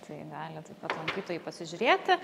tai gali taip pat lankytojai pasižiūrėti